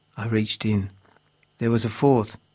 i reached in there was a fourth.